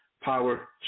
power